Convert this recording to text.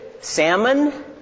Salmon